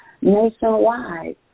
nationwide